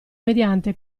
mediante